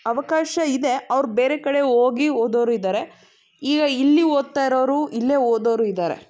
ಅವಕಾಶ ಇದೆ ಅವ್ರು ಬೇರೆ ಕಡೆ ಹೋಗಿ ಓದೋರು ಇದ್ದಾರೆ ಈಗ ಇಲ್ಲಿ ಓದ್ತಾ ಇರೋರು ಇಲ್ಲೇ ಓದೋರು ಇದ್ದಾರೆ